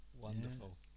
Wonderful